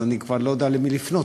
אז אני כבר לא יודע למי לפנות,